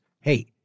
Hey